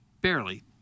barely